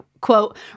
quote